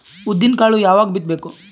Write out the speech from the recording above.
ಉದ್ದಿನಕಾಳು ಯಾವಾಗ ಬಿತ್ತು ಬೇಕು?